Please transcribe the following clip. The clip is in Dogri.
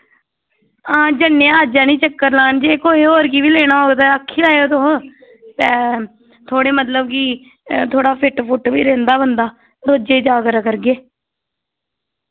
हां ज'न्ने आं अज्ज हैनी चक्कर लान जे कोई होर गी वी लेना होग तैं आक्खी लैयो तुस तै थोह्ड़े मतलब कि थोड़ा फिट फुट बी रेह्ंदा बंदा रोजे जा करा करगे